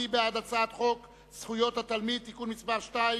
מי בעד הצעת חוק זכויות התלמיד (תיקון מס' 2),